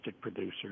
producers